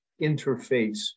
interface